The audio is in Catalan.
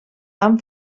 van